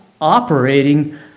operating